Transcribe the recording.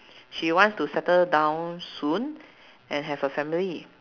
she wants to settle down soon and have a family